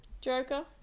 Joker